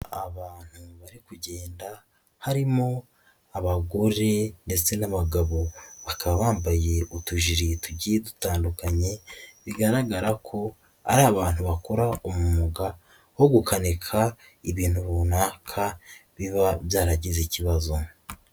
Abantu bari kugenda harimo abagore ndetse n'abagabo, bakaba bambaye utujiri tugiye dutandukanye bigaragara ko ari abantu bakora umwuga wo gukanika ibintu runaka biba byaragize ikibazo.